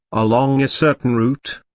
along a certain route.